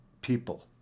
people